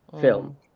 film